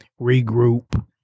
regroup